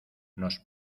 nos